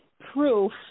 proof